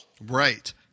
Right